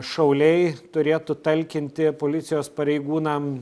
šauliai turėtų talkinti policijos pareigūnam